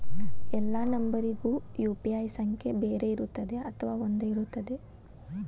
ಎಲ್ಲಾ ನಂಬರಿಗೂ ಯು.ಪಿ.ಐ ಸಂಖ್ಯೆ ಬೇರೆ ಇರುತ್ತದೆ ಅಥವಾ ಒಂದೇ ಇರುತ್ತದೆ?